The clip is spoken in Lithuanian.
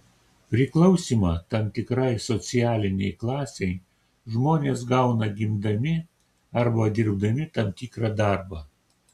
priklausymą tam tikrai socialinei klasei žmonės gauna gimdami arba dirbdami tam tikrą darbą